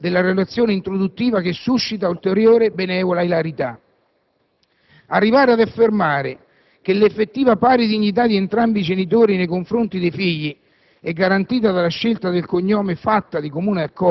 Comunque, è l'altra motivazione di fondo della relazione introduttiva a suscitare ulteriore e benevola ilarità. Arrivare ad affermare che l'effettiva pari dignità di entrambi i genitori nei confronti dei figli